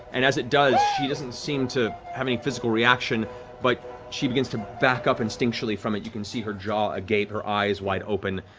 and as it does she doesn't seem to have any physical reaction but she begins to back up instinctually from it. you can see her jaw agape, her eyes wide open,